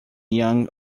yang